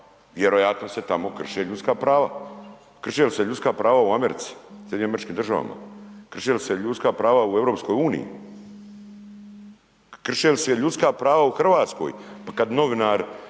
vjerojatno se tamo krše ljudska prava. Krše li se ljudska prava u Americi, SAD-u? Krše li se ljudska prava u EU? Krše li se ljudska prava u Hrvatskoj? Pa kada novinar,